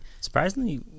Surprisingly